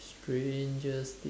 strangest thing